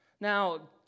Now